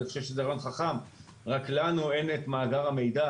אני חושב שזה רעיון חכם אבל אין לנו את מאגר המידע,